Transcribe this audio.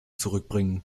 zurückbringen